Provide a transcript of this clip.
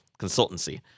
Consultancy